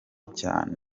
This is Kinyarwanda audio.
cyane